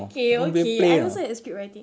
okay okay I also had scriptwriting